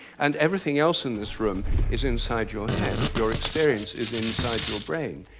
and everything else in this room is inside your head your experience is inside your brain.